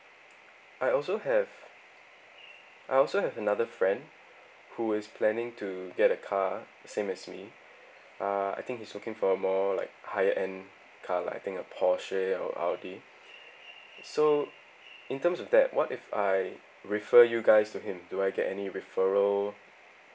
I also have I also have another friend who is planning to get a car same as me uh I think he's looking for a more like higher end car lah I think a porsche or audi so in terms of that what if I refer you guys to him do I get any referral